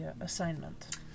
assignment